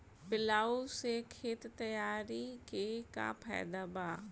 Plough से खेत तैयारी के का फायदा बा?